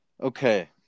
Okay